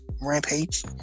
Rampage